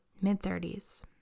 mid-30s